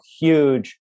huge